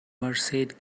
merced